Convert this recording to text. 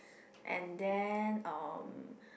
and then um